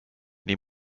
nii